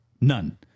none